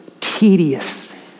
Tedious